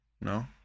no